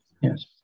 Yes